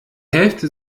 hälfte